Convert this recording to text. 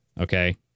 okay